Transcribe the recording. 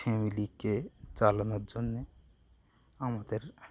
ফ্যামিলিকে চালানোর জন্যে আমাদের